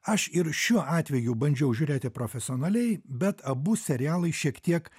aš ir šiuo atveju bandžiau žiūrėti profesionaliai bet abu serialai šiek tiek